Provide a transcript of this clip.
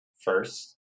first